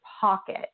pocket